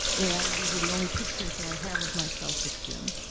and these are the only pictures that i have of myself with jim.